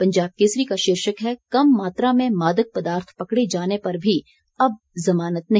पंजाब केसरी का शीर्षक है कम मात्रा में मादक पदार्थ पकड़े जाने पर भी अब जमानत नहीं